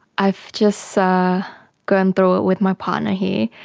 i've just gone through it with my partner here.